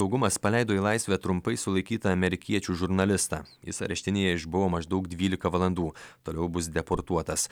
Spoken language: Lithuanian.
saugumas paleido į laisvę trumpai sulaikytą amerikiečių žurnalistą jis areštinėje išbuvo maždaug dvylika valandų toliau bus deportuotas